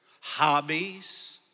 hobbies